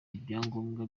ibyangombwa